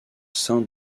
sein